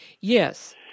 Yes